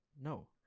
No